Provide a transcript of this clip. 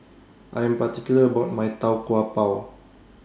I Am particular about My Tau Kwa Pau